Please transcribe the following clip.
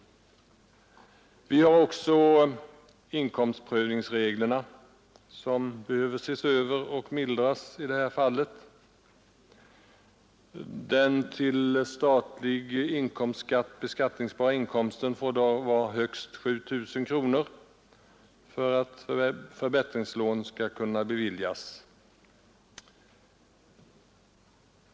Inkomstprövningsreglerna behöver också ses över och mildras. Den till statlig inkomstskatt beskattningsbara inkomsten får i dag vara högst 7 000 kronor för att förbättringslån skall kunna beviljas.